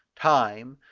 time,